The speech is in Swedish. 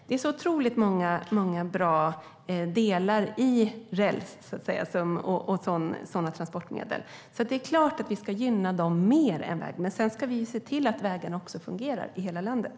Det är så otroligt många bra delar i räls och sådana transportmedel att det är klart att vi ska gynna dem mer än väg. Men vi ska också se till att vägarna fungerar i hela landet.